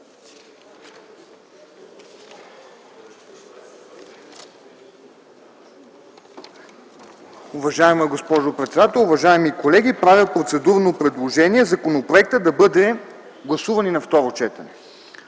Уважаема госпожо председател, уважаеми колеги! Правя процедурно предложение законопроектът да бъде гласуван и на второ четене.